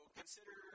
consider